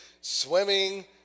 swimming